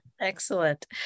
Excellent